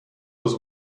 was